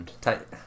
Tight